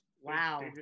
Wow